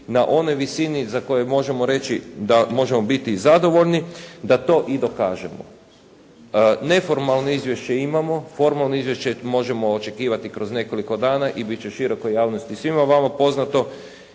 na onoj visini za koju možemo reći da možemo biti zadovoljni da to i dokažemo. Neformalno izvješće imamo, formalno izvješće možemo očekivati kroz nekoliko dana i biti će širokoj javnosti i svim vama poznato